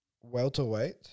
Welterweight